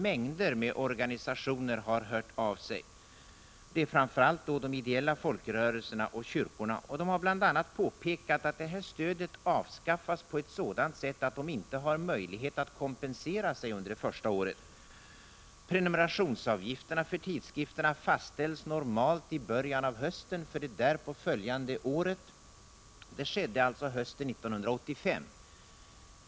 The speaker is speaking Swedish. Mängder av organisationer har hört av sig, framför allt de ideella folkrörelserna och kyrkorna. De har bl.a. påpekat att det här stödet avskaffas på ett sådant sätt att de inte har möjlighet att kompensera sig under det första året. Prenumerationsavgifterna för tidskrifterna fastställs normalt i början av hösten för det därpå följande året. Detta skedde alltså hösten 1985.